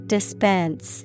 Dispense